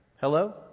Hello